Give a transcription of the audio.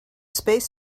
space